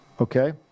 Okay